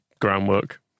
groundwork